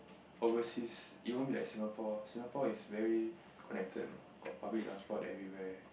overseas it won't be like Singapore Singapore is very connected you know got public transport everywhere